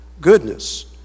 Goodness